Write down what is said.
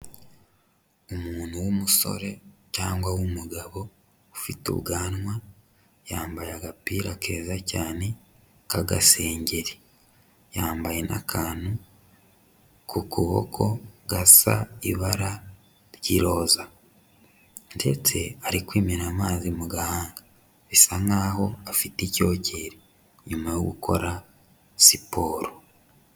Umuntu w'umusore cyangwa w'umugabo ufite ubwanwa yambaye agapira keza cyane k'agasengeri, yambaye n'akantu ku kuboko gasa ibara ry'iroza ndetse ari kwemena amazi mu gahanga bisa nkaho afite icyokere nyuma yo gukora siporo.